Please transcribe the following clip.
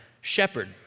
shepherd